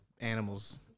animals